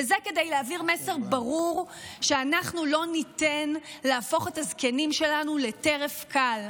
וזה כדי להעביר מסר ברור שאנחנו לא ניתן להפוך את הזקנים שלנו לטרף קל.